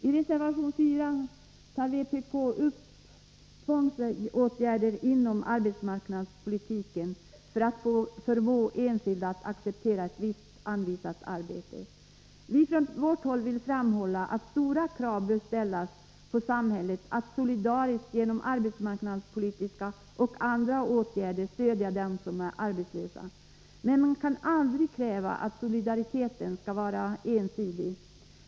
I reservation 4 säger vpk att man inte skall ha tvångsåtgärder inom arbetsmarknadspolitiken för att förmå enskilda att acceptera ett visst anvisat arbete. Vi vill från vårt håll framhålla att stora krav bör ställas på samhället att solidariskt genom arbetsmarknadspolitiska och andra åtgärder stödja dem som är arbetslösa, men man kan aldrig kräva att solidariteten skall vara ensidig.